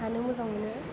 थानो मोजां मोनो